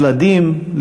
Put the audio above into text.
הילדים,